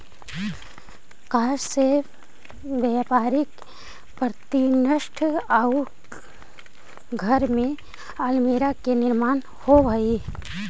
काष्ठ से व्यापारिक प्रतिष्ठान आउ घर में अल्मीरा के निर्माण होवऽ हई